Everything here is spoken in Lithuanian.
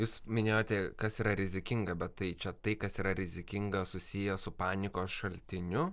jūs minėjote kas yra rizikinga bet tai čia tai kas yra rizikinga susiję su panikos šaltiniu